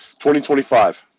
2025